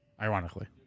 ironically